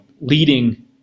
leading